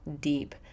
deep